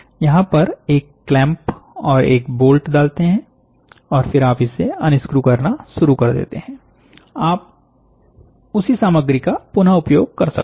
यहां पर एक क्लैंप और 1 बोल्ट डालते हैं और फिर आप इसे अनस्क्रू करना शुरू कर देते हैं आप उसी सामग्री का पुनः उपयोग कर सकते हैं